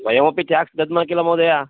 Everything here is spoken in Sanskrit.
वयमपि टेक्स् दद्मः किल महोदया